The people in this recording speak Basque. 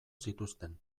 zituzten